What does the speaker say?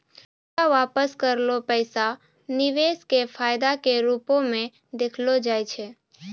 पूरा वापस करलो पैसा निवेश के फायदा के रुपो मे देखलो जाय छै